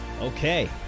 Okay